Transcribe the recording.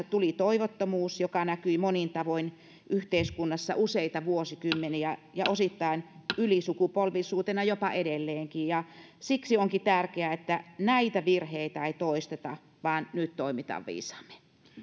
tuli toivottomuus joka näkyi monin tavoin yhteiskunnassa useita vuosikymmeniä ja osittain ylisukupolvisuutena jopa edelleenkin siksi onkin tärkeää että näitä virheitä ei toisteta vaan nyt toimitaan viisaammin